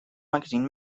magazine